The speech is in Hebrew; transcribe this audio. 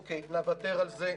אוקיי, נדבר על זה.